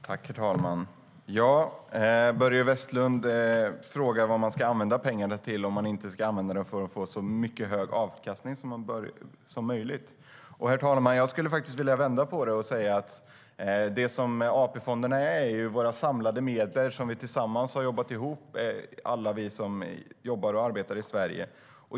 Herr talman! Börje Vestlund frågar vad man ska använda pengarna till om man inte ska använda dem till att få så hög avkastning som möjligt. Jag skulle faktiskt vilja vända på det och säga att AP-fonderna är våra samlade medel som vi tillsammans har jobbat ihop, alla vi som jobbar i Sverige.